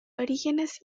orígenes